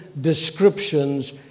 descriptions